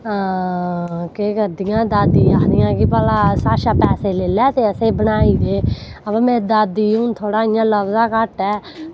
केह् करदियां दादी आखदियां कि भला साढ़ै शा पैसे लेई लै ते असेंई बनाई दे अवा मेरी दादी गी हून थोह्ड़ा इयां लभदा घट्ट ऐ